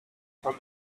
from